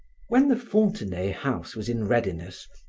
when the fontenay house was in readiness,